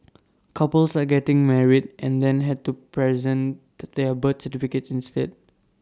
couples are getting married and then had to present that their birth certificates instead